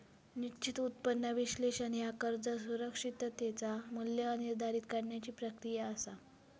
निश्चित उत्पन्न विश्लेषण ह्या कर्ज सुरक्षिततेचा मू्ल्य निर्धारित करण्याची प्रक्रिया असा